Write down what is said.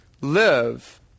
live